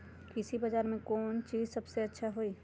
कृषि बजार में कौन चीज सबसे अच्छा होई?